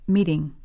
Meeting